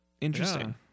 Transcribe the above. interesting